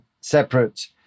separate